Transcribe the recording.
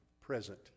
present